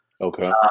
Okay